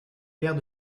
pairs